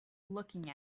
looking